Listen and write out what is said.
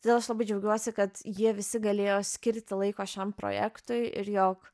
todėl aš labai džiaugiuosi kad jie visi galėjo skirti laiko šiam projektui ir jog